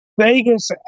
Vegas